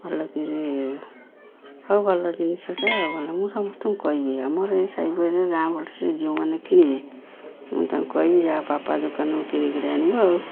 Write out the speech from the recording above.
ଭଲକିରି ହଉ ଭଲ ଜିନିଷଟେ ମୁଁ ସମସ୍ତଙ୍କୁ କହିବି ଆମର ଏଇ ଗାଁ ପଟ ସେ ଯେଉଁମାନେ କିଣିବେ ମୁଁ ତାଙ୍କୁ କହିବି ଯାଅ ପାପା ଦୋକାନକୁ କିଣିକିରି ଆଣିବ ଆଉ